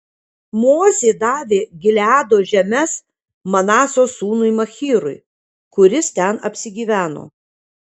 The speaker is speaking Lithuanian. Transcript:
mozė davė gileado žemes manaso sūnui machyrui kuris ten apsigyveno